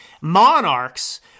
monarchs